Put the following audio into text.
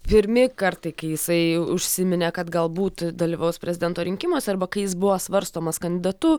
pirmi kartai kai jisai užsiminė kad galbūt dalyvaus prezidento rinkimuose arba kai jis buvo svarstomas kandidatu